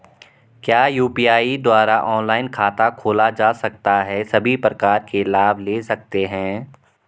क्या यु.पी.आई द्वारा ऑनलाइन खाता खोला जा सकता है सभी प्रकार के लाभ ले सकते हैं?